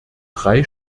drei